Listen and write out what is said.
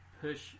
push